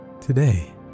today